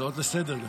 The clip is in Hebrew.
הצעות לסדר-היום.